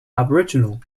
aboriginal